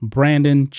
Brandon